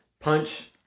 Punch